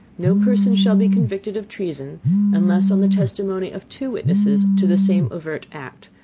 no person shall be convicted of treason unless on the testimony of two witnesses to the same overt act,